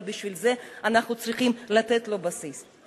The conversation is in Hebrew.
אבל בשביל זה אנחנו צריכים לתת לו בסיס.